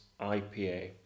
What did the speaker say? IPA